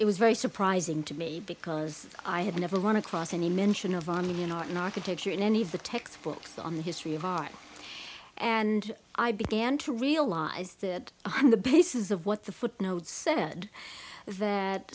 it was very surprising to me because i had never run across any mention of on me in art in architecture in any of the textbooks on the history of art and i began to realize that i'm the basis of what the footnotes said that